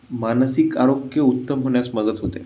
मानसिक आरोग्य उत्तम होण्यास मदत होते